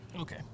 Okay